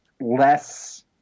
less